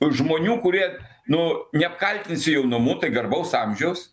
žmonių kurie nu neapkaltinsi jaunumu tai garbaus amžiaus